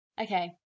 Okay